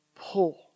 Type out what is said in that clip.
pull